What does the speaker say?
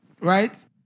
right